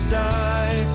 die